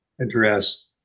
address